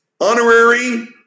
honorary